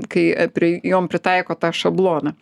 kai pri jom pritaiko tą šabloną